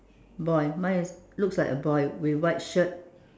boy mine is looks like a boy with white shirt